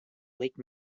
lake